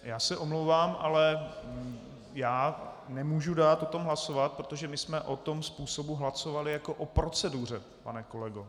Já se omlouvám, ale nemůžu dát o tom hlasovat, protože my jsme o tom způsobu hlasovali jako o proceduře, pane kolego.